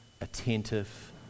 attentive